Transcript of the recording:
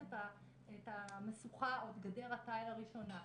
את המשוכה או את גדר התיל הראשונה.